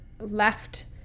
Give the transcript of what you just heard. left